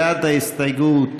בעד ההסתייגות,